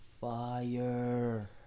fire